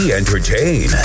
entertain